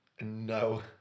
No